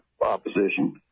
opposition